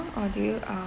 or do you uh